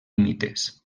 mites